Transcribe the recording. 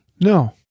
No